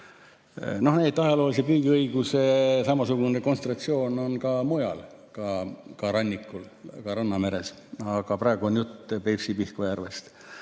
osad. Ajaloolise püügiõiguse sugune konstruktsioon on ka mujal, ka rannikul, ka rannameres, aga praegu on jutt Peipsi-Pihkva järvest.